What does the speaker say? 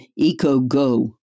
EcoGo